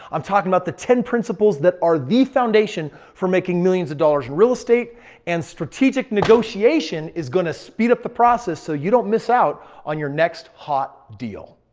i'm talking about the ten principles that are the foundation for making millions of dollars in real estate and strategic strategic negotiation is going to speed up the process so you don't miss out on your next hot deal.